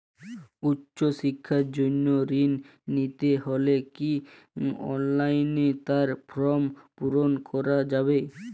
উচ্চশিক্ষার জন্য ঋণ নিতে হলে কি অনলাইনে তার ফর্ম পূরণ করা যাবে?